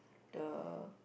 the